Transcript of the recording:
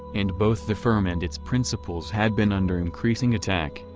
and both the firm and its principals had been under increasing attack,